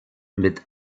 mit